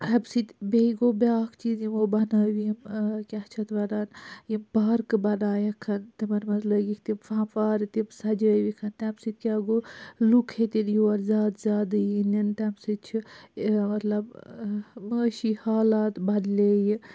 اَمہِ سٍتۍ بیٚیہِ گوٚو بیٛاکھ چیٖز یِمو بَنٲو یِم کیٛاہ چھِ اَتھ وَنان یِم پارکہٕ بَنٲیِکھ تِمَن منٛز لٲگِکھ تِم فنٛوار تِم سَجٲوِکھ تَمہِ سٍتۍ کیٛاہ گوٚو لوٗکھ ہیٚتِن یور زیادٕ زیادٕ یِنۍ تَمہِ سٍتۍ چھُ مَطلَب معٲشی حالات بَدلے